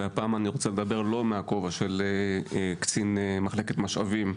אך הפעם אני לא רוצה לדבר בכובע של קצין במחלקת משאבים.